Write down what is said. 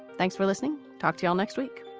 thanks for listening. talk to you all next week